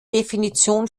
definition